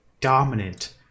dominant